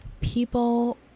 people